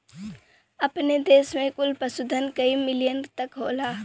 अपने देस में कुल पशुधन कई मिलियन तक होला